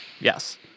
Yes